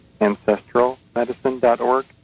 ancestralmedicine.org